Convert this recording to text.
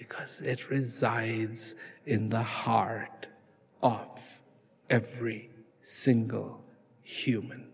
because it resides in the heart off every single human